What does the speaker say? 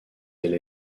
elle